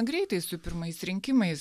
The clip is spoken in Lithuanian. greitai su pirmais rinkimais